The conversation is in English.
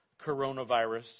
Coronavirus